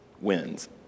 wins